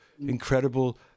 incredible